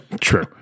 true